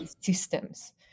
systems